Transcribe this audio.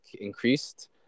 increased